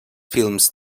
films